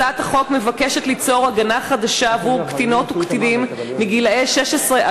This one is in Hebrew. הצעת החוק מבקשת ליצור הגנה חדשה עבור קטינות וקטינים מגיל 16 17,